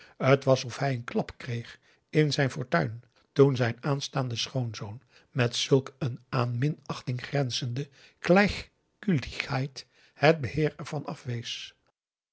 t was of hij een klap kreeg in zijn fortuin toen zijn aanstaande schoonzoon met zulk een aan minachting grenzende gleichgültigkeit het beheer er van afwees